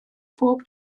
bob